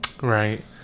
right